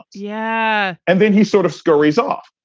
yeah. and then he sort of scurries off.